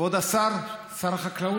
כבוד שר החקלאות,